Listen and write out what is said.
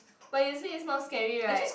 but you see it's not scary right